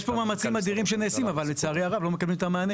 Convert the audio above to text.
יש פה מאמצים אדירים שנעשים אבל לצערי הרב לא מקבלים את המענה.